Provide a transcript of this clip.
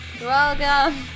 welcome